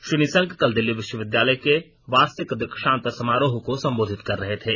श्री निशंक कल दिल्ली विश्वविद्यालय के वार्षिक दीक्षांत समारोह को संबोधित कर रहे थे